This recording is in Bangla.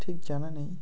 ঠিক জানা নেই